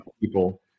people